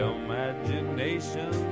imagination